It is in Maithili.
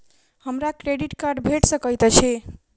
हमरा क्रेडिट कार्ड भेट सकैत अछि?